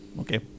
Okay